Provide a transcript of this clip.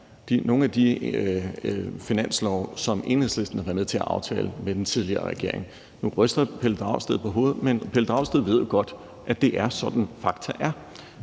nogen af de finanslove, som Enhedslisten har været med til at aftale med den tidligere regering. Nu ryster Pelle Dragsted på hovedet, men Pelle Dragsted ved jo godt, at det er sådan, fakta er.